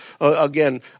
again